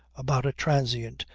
about a transient,